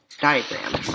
diagram